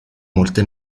molte